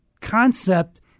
concept